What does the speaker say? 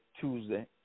Tuesday